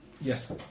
Yes